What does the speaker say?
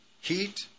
heat